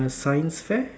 uh science fair